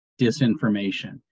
disinformation